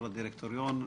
יו"ר דירקטוריון,